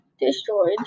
destroyed